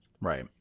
Right